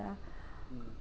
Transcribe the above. ah